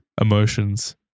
emotions